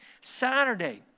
Saturday